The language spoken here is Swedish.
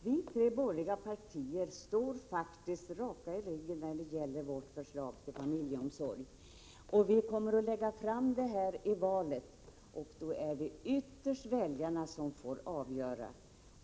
De tre borgerliga partierna står faktiskt raka i ryggen när det gäller förslaget till barnomsorg. Vi kommer att lägga fram det i valet, och då är det ytterst väljarna som får avgöra.